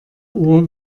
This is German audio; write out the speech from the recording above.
uhr